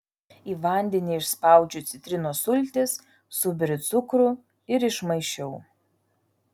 į vandenį išspaudžiu citrinos sultis suberiu cukrų ir išmaišiau